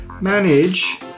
manage